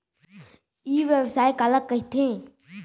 ई व्यवसाय काला कहिथे?